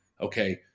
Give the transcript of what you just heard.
okay